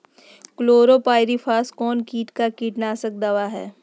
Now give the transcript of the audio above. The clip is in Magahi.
क्लोरोपाइरीफास कौन किट का कीटनाशक दवा है?